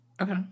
Okay